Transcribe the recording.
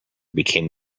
became